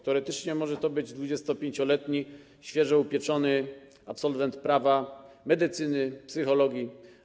Teoretycznie może to być 25-letni świeżo upieczony absolwent prawa, medycyny, psychologii.